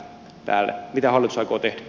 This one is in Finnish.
mitä hallitus aikoo tehdä